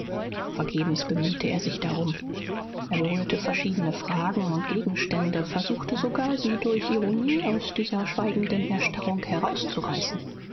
vergebens bemühte er sich darum er berührte verschiedene fragen und gegenstände versuchte sogar sie durch ironie aus dieser schweigenden erstarrung herauszureißen